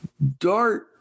Dart